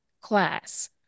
class